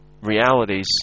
realities